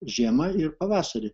žiemą ir pavasarį